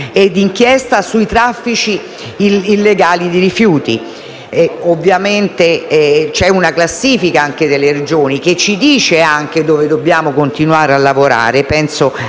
e di inchieste sui traffici illegali di rifiuti. Ovviamente esiste una classifica delle Regioni, che ci indica le zone dove dobbiamo continuare a lavorare: penso